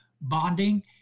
bonding